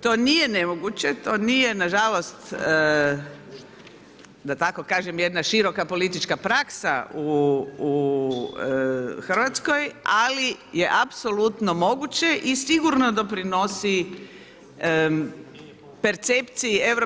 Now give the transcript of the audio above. To nije nemoguće, to nije nažalost, da tako kažem jedna široka politička praksa u Hrvatskoj, ali je apsolutno moguće i sigurno doprinosi percepciji EU